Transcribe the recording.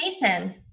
Mason